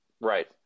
Right